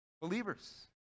believers